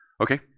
Okay